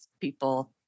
people